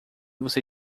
você